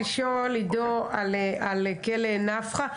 לשאול, עידו, על כלא נפחא.